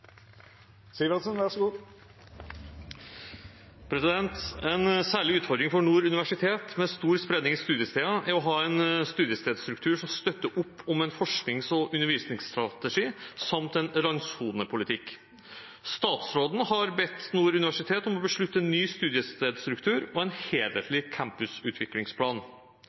utfordring for Nord universitet med stor spredning i studiesteder er å ha en studiestedsstruktur som støtter opp om en forsknings- og undervisningsstrategi samt en randsonepolitikk. Statsråden har bedt Nord universitet om å beslutte en ny studiestedsstruktur og